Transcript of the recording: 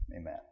amen